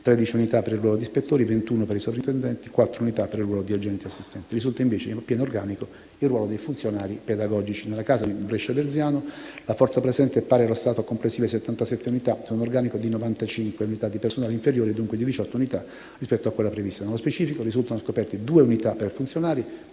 13 unità per il ruolo di ispettori, di 21 per i sovrintendenti, di 4 unità per il ruolo di agenti assistenti. Risulta, invece, a pieno organico il ruolo dei funzionari pedagogici. Nella casa di Brescia Verziano, la forza presente è pari, allo stato, a complessive settantasette unità su un organico di 95 unità di personale, inferiore, dunque, di 18 unità rispetto a quella prevista. Nello specifico, risultano scoperti 2 unità per funzionari,